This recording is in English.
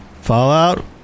Fallout